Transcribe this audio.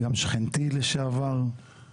גם שכנתי לשעבר,